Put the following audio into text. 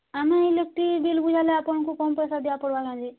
ଆମେ electric bill ବୁଝାଲେ ଆପଣଙ୍କୁ କମ୍ ପଇସା ଦିଆ ପଡ଼ିବ ନାଇଁ ଯେ